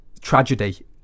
tragedy